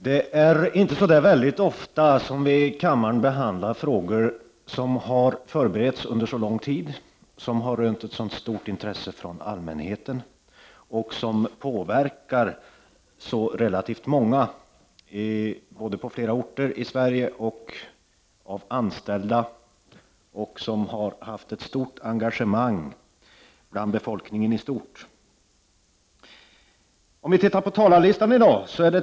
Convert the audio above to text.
Herr talman! Det är inte särskilt ofta som vi behandlar frågor här i kammaren som har förberetts under så lång tid som denna, som har rönt ett så stort intresse från allmänhetens sida och som påverkar så relativt många människor på flera orter i Sverige — såväl anställda som befolkningen i stort. Alla har visat ett stort engagemang. Av dagens talarlista framgår att det finns 31 anmälda talare. Sällan är ta larlistan så lång.